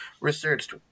researched